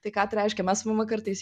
tai ką tai reiškia mes su mama kartais